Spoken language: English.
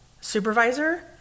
supervisor